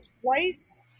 twice